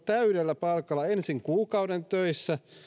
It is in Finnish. täydellä palkalla ensin kuukauden töissä